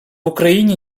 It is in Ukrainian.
україні